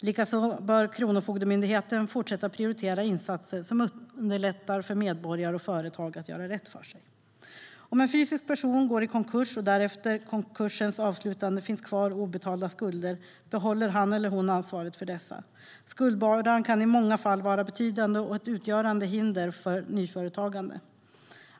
Likaså bör Kronofogdemyndigheten fortsätta prioritera insatser som underlättar för medborgare och företag att göra rätt för sig. Om en fysisk person går i konkurs och det efter konkursen finns kvar obetalda skulder behåller han eller hon ansvaret för dessa. Skuldbördan kan i många fall vara betydande och utgöra ett hinder för nyföretagande.